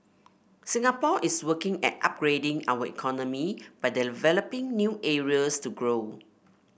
Singapore is working at upgrading our economy by developing new areas to grow